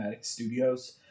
Studios